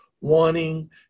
wanting